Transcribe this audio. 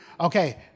Okay